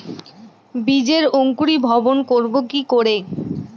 বীজের অঙ্কোরি ভবন করব কিকরে?